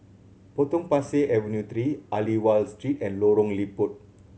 Potong Pasir Avenue Three Aliwal Street and Lorong Liput